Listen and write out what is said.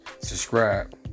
subscribe